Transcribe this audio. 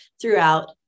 throughout